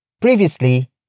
Previously